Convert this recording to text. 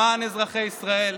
למען אזרחי ישראל,